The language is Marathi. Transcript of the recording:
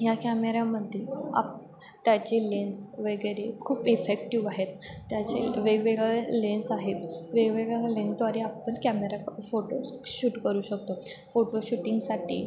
ह्या कॅमेऱ्यामध्ये आप त्याचे लेन्स वगैरे खूप इफेक्टिव्ह आहेत त्याचे वेगवेगळे लेन्स आहेत वेगवेगळ्या लेन्सद्वारे आपण कॅमेरा फोटो शूट करू शकतो फोटो शूटिंगसाठी